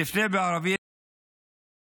אני אפנה בערבית לחברה הערבית.